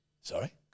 Sorry